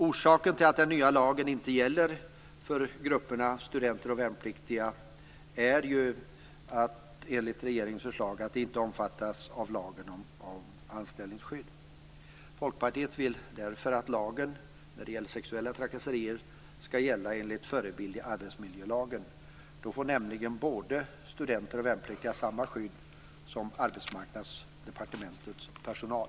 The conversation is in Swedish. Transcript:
Orsaken till att den nya lagen inte gäller för grupperna studenter och värnpliktiga är ju enligt regeringens förslag att de inte omfattas av lagen om anställningsskydd. Folkpartiet vill därför att lagen när det gäller sexuella trakasserier skall gälla enligt förebild i arbetsmiljölagen. Då får nämligen både studenter och värnpliktiga samma skydd som Arbetsmarknadsdepartementets personal.